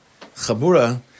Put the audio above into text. Chabura